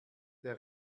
der